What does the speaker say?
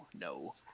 no